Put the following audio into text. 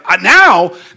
now